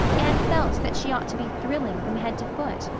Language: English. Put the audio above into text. anne felt that she ought to be thrilling from head to foot.